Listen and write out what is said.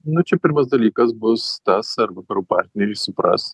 nu čiapirmas dalykas bus tas ar vakarų partneriai supras